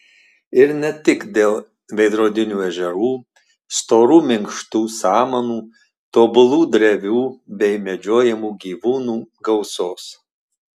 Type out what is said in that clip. ir ne tik dėl veidrodinių ežerų storų minkštų samanų tobulų drevių bei medžiojamų gyvūnų gausos